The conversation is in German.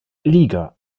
liga